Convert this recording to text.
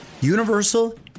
Universal